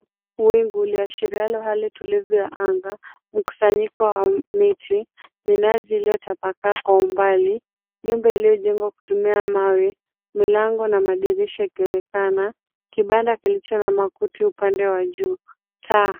Wingu liashirialo hali tulivu ya anga. Mkusanyiko wa miti, minazi iliyotapakaa kwa umbali, nyumba iliyojengwa kutumia mawe, milango na madirisha ikionekana. Kibanda kilicho na makuti upande wa juu, taa.